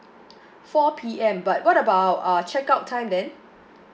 four P_M but what about uh check out time then